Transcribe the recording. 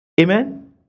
Amen